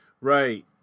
Right